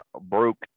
broke